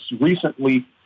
recently